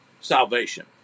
salvation